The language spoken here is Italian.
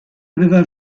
aveva